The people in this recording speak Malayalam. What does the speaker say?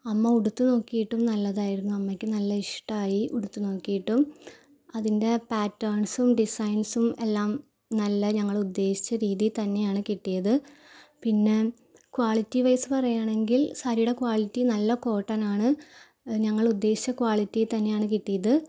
അമ്മ ഉടുത്ത് നോക്കിയിട്ടും നല്ലതായിരുന്നു അമ്മയ്ക്ക് നല്ല ഇഷ്ടമായി ഉടുത്ത് നോക്കിയിട്ടും അതിൻ്റെ പറ്റേൺസും ഡിസൈൻസും എല്ലാം നല്ല ഞങ്ങൾ ഉദ്ദേശിച്ച രീതി തന്നെയാണ് കിട്ടിയത് പിന്നെ ക്വാളിറ്റി വൈസ് പറയുകയാണെങ്കിൽ സാരിയുടെ ക്വാളിറ്റി നല്ല കോട്ടനാണ് ഞങ്ങൾ ഉദ്ദേശിച്ച ക്വാളിറ്റിയിൽ തന്നെയാണ് കിട്ടിയത്